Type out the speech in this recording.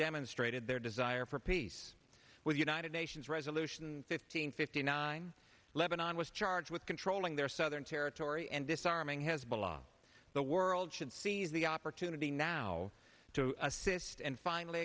demonstrated their desire for peace with united nations resolution fifteen fifty nine lebanon was charged with controlling their southern territory and disarming hezbollah the world should seize the opportunity now to assist and finally